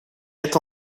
êtes